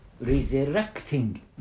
resurrecting